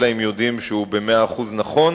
אלא אם כן יודעים שהוא במאה אחוזים נכון,